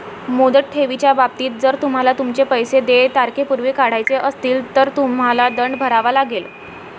मुदत ठेवीच्या बाबतीत, जर तुम्हाला तुमचे पैसे देय तारखेपूर्वी काढायचे असतील, तर तुम्हाला दंड भरावा लागेल